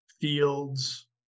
fields